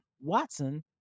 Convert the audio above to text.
Watson